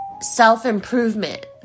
self-improvement